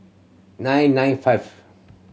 nine nine five